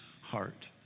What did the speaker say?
heart